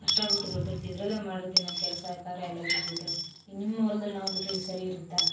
ಕಷ್ಟ ಬಿಟ್ಟು ದುಡಿದಿರ್ತಾ ಇದರಲ್ಲೆ ಮಾಡಿ ತಿನ್ನೋ ಕೆಲಸ ಕಾರ್ಯ ಎಲ್ಲ ಬಿಟ್ಬಿಟ್ಟು ನಿಮ್ಮ ಹೊಲ್ದಲ್ಲಿ ನಾವು ಬಿಟ್ರೆ ಈಗ ಸರಿ ಇರುತ್ತಾ